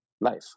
life